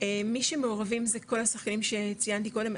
מי שמעורבים זה כל השחקנים שציינתי קודם,